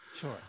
Sure